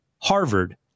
Harvard